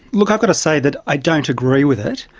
look, i've got to say that i don't agree with it.